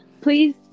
Please